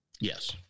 Yes